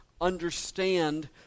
understand